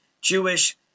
Jewish